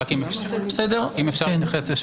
אם אפשר להתייחס.